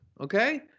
Okay